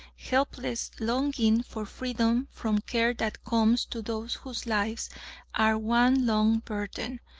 helpless longing for freedom from care that comes to those whose lives are one long burthen,